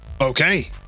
Okay